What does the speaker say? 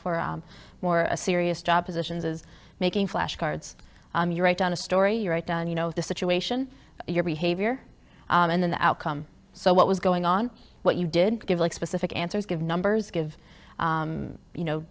for a more serious job positions is making flashcards you write down a story you write down you know the situation your behavior and then the outcome so what was going on what you did give like specific answers give numbers give you know